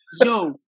Yo